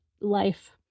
life